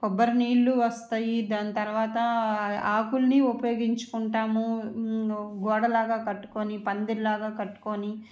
కొబ్బరి నీళ్ళు వస్తాయి దాని తర్వాత ఆకులని ఉపయోగించుకుంటాము గోడలాగా కట్టుకొని పందిరి లాగా కట్టుకుని